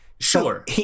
Sure